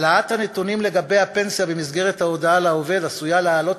העלאת הנתונים על הפנסיה במסגרת ההודעה לעובד עשויה להעלות